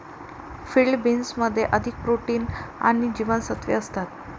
field बीन्समध्ये अधिक protein आणि जीवनसत्त्वे असतात